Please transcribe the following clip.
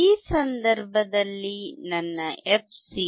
ಈ ಸಂದರ್ಭದಲ್ಲಿ ನನ್ನ fc 1